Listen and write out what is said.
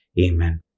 Amen